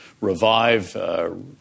revive –